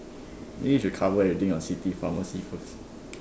think you should cover everything on city pharmacy first